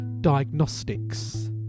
diagnostics